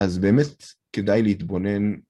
אז באמת כדאי להתבונן.